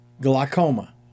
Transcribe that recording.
glaucoma